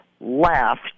Left